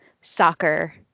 soccer